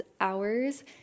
hours